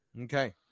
okay